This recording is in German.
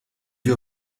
wir